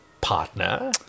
partner